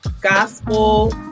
gospel